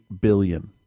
billion